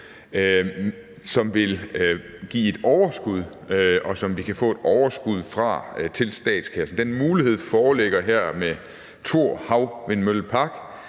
som vil give et overskud, og som vi kan få et overskud fra til statskassen. Den mulighed foreligger her med Thor Havvindmøllepark,